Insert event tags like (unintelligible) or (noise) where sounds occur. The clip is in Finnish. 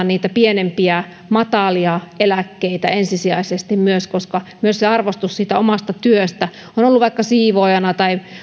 (unintelligible) niitä pienimpiä matalia eläkkeitä ensisijaisesti koska myös se arvostus siitä omasta työstä on ollut vaikka siivoojana